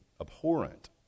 abhorrent